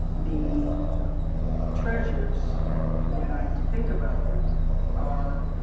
the treasures when i think about them are